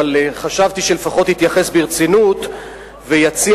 אבל חשבתי שלפחות יתייחס ברצינות ויציע